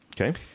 Okay